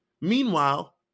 Meanwhile